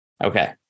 okay